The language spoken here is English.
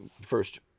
first